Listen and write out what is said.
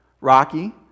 rocky